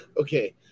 Okay